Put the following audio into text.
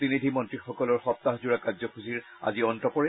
প্ৰতিনিধি মন্ত্ৰীসকলৰ সপ্তাহজোৰা কাৰ্যসূচীৰ আজি অন্ত পৰে